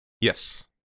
Yes